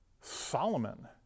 Solomon